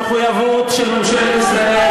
אתם עולים כל שבוע,